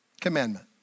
commandment